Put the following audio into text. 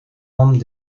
rampes